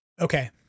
Okay